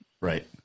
Right